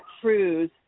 cruise